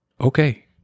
okay